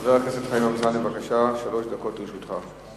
חבר הכנסת חיים אמסלם, בבקשה, שלוש דקות לרשותך.